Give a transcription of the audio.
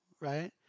right